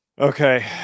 Okay